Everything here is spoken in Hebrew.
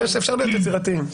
אפשר להיות יצירתיים.